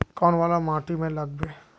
कौन वाला माटी में लागबे?